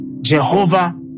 Jehovah